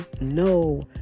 no